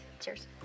Cheers